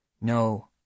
No